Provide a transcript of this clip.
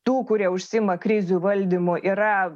tų kurie užsiima krizių valdymu yra